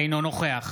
אינו נוכח